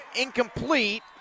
incomplete